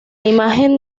imagen